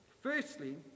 Firstly